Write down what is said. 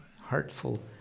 Heartful